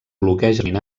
bloquegen